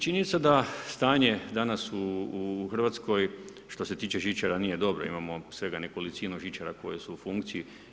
Činjenica da stanje danas u Hrvatskoj što se tiče žičara nije dobro, imamo svega nekolicinu žičara koje su u funkciji.